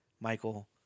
Michael